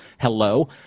hello